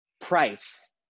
price